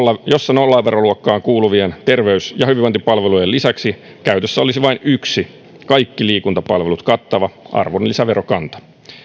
jossa nollaveroluokkaan kuuluvien terveys ja hyvinvointipalvelujen lisäksi käytössä olisi vain yksi kaikki liikuntapalvelut kattava arvonlisäverokanta